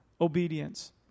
obedience